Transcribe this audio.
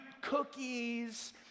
cookies